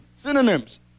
Synonyms